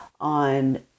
on